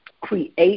create